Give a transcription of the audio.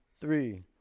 three